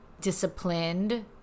disciplined